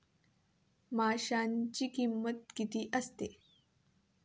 बाजारात माशांची किंमत किती असते?